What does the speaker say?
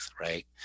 right